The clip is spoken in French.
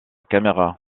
caméra